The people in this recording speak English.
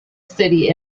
city